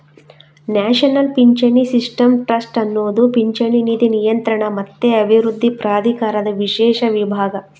national ಪಿಂಚಣಿ system trust ಅನ್ನುದು ಪಿಂಚಣಿ ನಿಧಿ ನಿಯಂತ್ರಣ ಮತ್ತೆ ಅಭಿವೃದ್ಧಿ ಪ್ರಾಧಿಕಾರದ ವಿಶೇಷ ವಿಭಾಗ